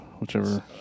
whichever